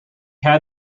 had